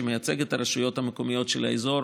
שמייצג את הרשויות המקומיות של האזור,